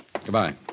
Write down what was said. Goodbye